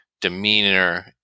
demeanor